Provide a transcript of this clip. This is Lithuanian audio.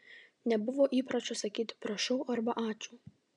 nebuvo įpročio sakyti prašau arba ačiū